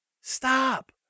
Stop